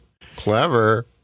clever